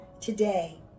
today